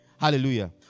Hallelujah